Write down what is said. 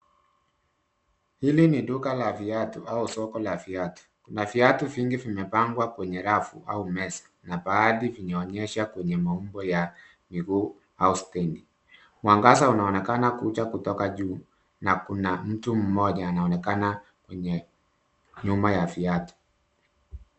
Hili ni duka la viatu au soko la viatu. Kuna viatu vingi vimepangwa kwenye rafu au meza na baadhi vimeonyeshwa kwenye maumbo ya miguu au stendi. Mwangaza unaonekana kuja kutoka juu na kuna mtu mmoja anaonekana kwenye nyuma ya viatu.